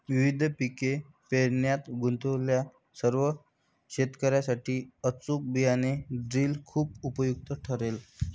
विविध पिके पेरण्यात गुंतलेल्या सर्व शेतकर्यांसाठी अचूक बियाणे ड्रिल खूप उपयुक्त ठरेल